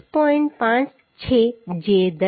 5 છે જે 10